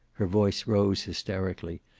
her voice rose hysterically,